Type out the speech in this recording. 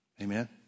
Amen